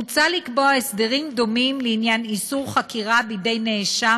מוצע לקבוע הסדרים דומים לעניין איסור חקירה בידי נאשם